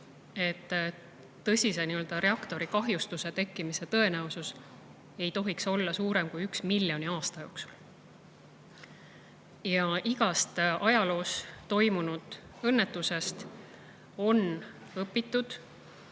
ei tohiks reaktori tõsise kahjustuse tekkimise tõenäosus olla suurem kui üks miljoni aasta jooksul. Ja igast ajaloos toimunud õnnetusest on õpitud.